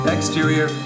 Exterior